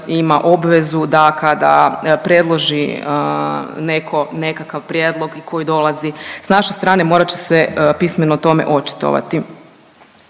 ima obvezu da kada predloži nekakav prijedlog i koji dolazi sa naše strane morat će se pismeno o tome očitovati.